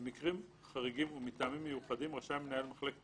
במקרים חריגים ומטעמים מיוחדים רשאי מנהל מחלקת